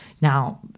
Now